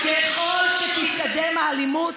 ככל שתתקדם האלימות,